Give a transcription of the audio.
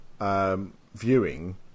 viewing